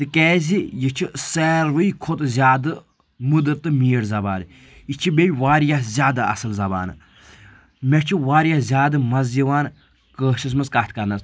تِکیازِ یہِ چھِ ساروٕے کھۄتہٕ زیادٕ مُدٕر تہٕ میٖٹھ زبان یہِ چھِ بیٚیہِ واریاہ زیادٕ اصل زبانہٕ مےٚ چھِ واریاہ زیادٕ مزٕ یِوان کٲشرِس منٛز کتھ کرنَس